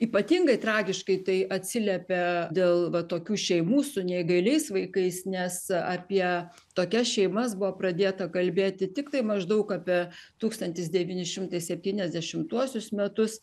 ypatingai tragiškai tai atsiliepia dėl va tokių šeimų su neįgaliais vaikais nes apie tokias šeimas buvo pradėta kalbėti tiktai maždaug apie tūkstantis devyni šimtai septyniasdešimtuosius metus